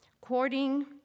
quoting